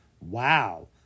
Wow